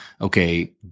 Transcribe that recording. okay